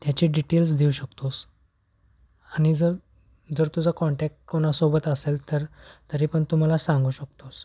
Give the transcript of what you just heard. त्याची डिटेल्स देऊ शकतोस आणि जर जर तुझा कॉन्टॅक्ट कोणासोबत असेल तर तरीपण तु मला सांगू शकतोस